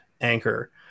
anchor